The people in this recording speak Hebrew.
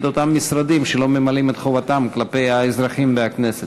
אותם משרדים שלא ממלאים את חובתם כלפי האזרחים והכנסת.